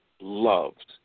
loved